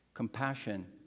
Compassion